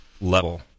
level